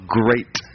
great